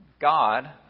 God